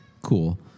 cool